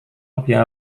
lebih